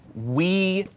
we